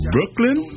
Brooklyn